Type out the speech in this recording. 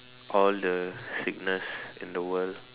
all the sickness in the world